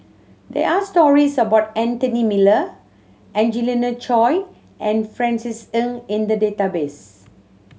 there are stories about Anthony Miller Angelina Choy and Francis Ng in the database